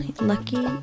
Lucky